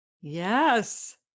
yes